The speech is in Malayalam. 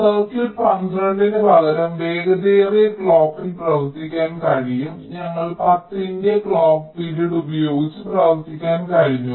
സർക്യൂട്ടിന് 12 ന് പകരം വേഗതയേറിയ ക്ലോക്കിൽ പ്രവർത്തിക്കാൻ കഴിയും ഞങ്ങൾക്ക് 10 ന്റെ ക്ലോക്ക് പിരീഡ് ഉപയോഗിച്ച് പ്രവർത്തിക്കാൻ കഴിഞ്ഞു